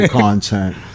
content